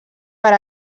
per